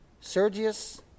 Sergius